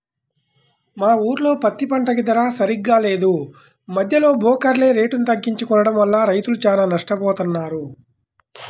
మా ఊర్లో పత్తి పంటకి ధర సరిగ్గా లేదు, మద్దెలో బోకర్లే రేటుని తగ్గించి కొనడం వల్ల రైతులు చానా నట్టపోతన్నారు